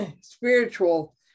spiritual